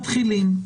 מתחילים,